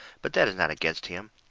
but that is not against him.